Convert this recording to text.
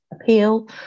appeal